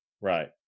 right